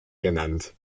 genannt